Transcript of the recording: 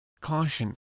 Caution